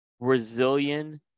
Brazilian